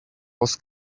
was